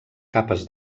capes